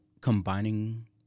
combining